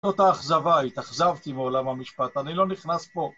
זאת האכזבה, התאכזבתי מעולם המשפט, אני לא נכנס פה